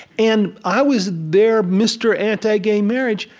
and i was their mr. anti-gay marriage.